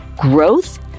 growth